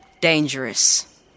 dangerous